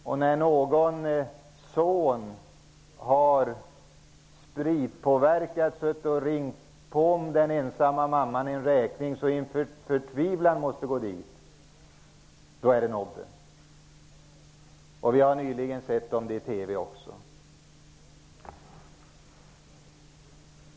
Men om en spritpåverkad son har suttit och ringt och gett den ensamma mamman en hög räkning, så att hon i sin förtvivlan måste gå till socialtjänsten -- då är det nobben!